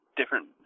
different